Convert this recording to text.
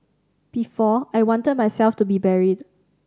before I wanted myself to be buried